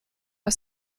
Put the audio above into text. aus